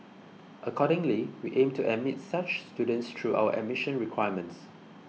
accordingly we aim to admit such students through our admission requirements